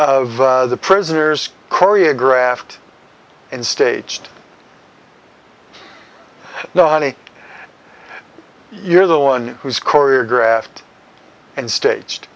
of the prisoners choreographed in staged no honey you're the one who's choreographed and staged